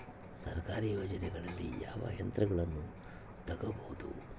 ಸರ್ಕಾರಿ ಯೋಜನೆಗಳಲ್ಲಿ ಯಾವ ಯಂತ್ರಗಳನ್ನ ತಗಬಹುದು?